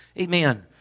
Amen